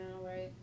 right